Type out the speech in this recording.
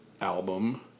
album